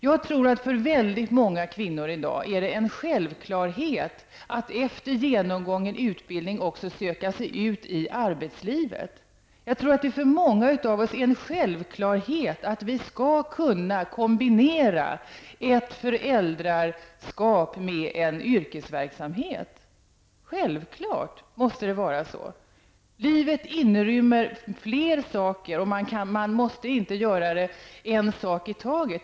Jag tror att för många kvinnor i dag är det en självklarhet att efter genomgången utbildning också söka sig ut i arbetslivet. För många av oss är det en självklarhet att vi skall kunna kombinera ett föräldraskap med en yrkesverksamhet. Självklart måste det vara så! Livet inrymmer fler saker. Man måste inte göra en sak i taget.